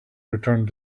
returned